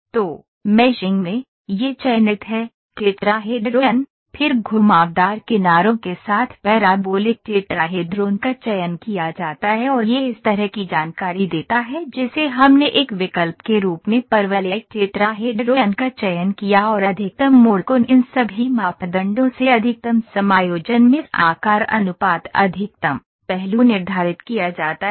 तो मेशिंग में यह चयनित है टेट्राहेड्रॉन फिर घुमावदार किनारों के साथ पैराबोलिक टेट्राहेड्रोन का चयन किया जाता है और यह इस तरह की जानकारी देता है जिसे हमने एक विकल्प के रूप में परवलयिक टेट्राहेड्रॉन का चयन किया और अधिकतम मोड़ कोण इन सभी मापदंडों से अधिकतम समायोजन मेष आकार अनुपात अधिकतम पहलू निर्धारित किया जाता है